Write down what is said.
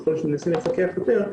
ככל שמנסים לפקח יותר,